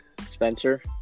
Spencer